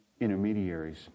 intermediaries